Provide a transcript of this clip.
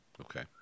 Okay